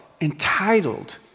entitled